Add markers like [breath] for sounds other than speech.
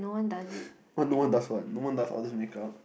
[breath] no one does what no one does all these make up